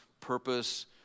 purpose